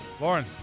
Lauren